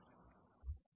આપનો ખુબ ખુબ આભાર